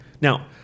Now